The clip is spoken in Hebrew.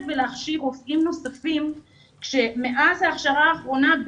ולהכשיר רופאים נוספים כשמאז ההכשרה האחרונה,